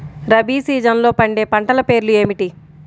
రబీ సీజన్లో పండే పంటల పేర్లు ఏమిటి?